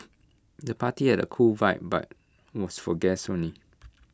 the party had A cool vibe but was for guests only